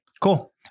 Cool